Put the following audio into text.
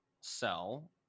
sell